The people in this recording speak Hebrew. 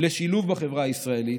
לשילוב בחברה הישראלית,